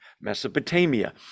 Mesopotamia